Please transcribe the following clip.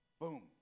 Boom